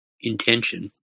intention